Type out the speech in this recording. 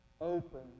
open